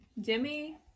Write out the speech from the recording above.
Demi